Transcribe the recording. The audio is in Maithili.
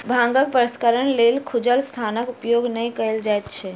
भांगक प्रसंस्करणक लेल खुजल स्थानक उपयोग नै कयल जाइत छै